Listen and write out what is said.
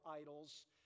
idols